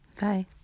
Bye